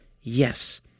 Yes